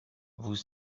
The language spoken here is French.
vous